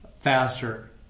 faster